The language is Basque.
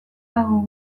dago